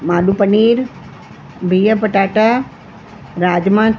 आलू पनीर बिहु पटाटा राजमा